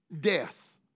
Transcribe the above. death